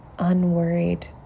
unworried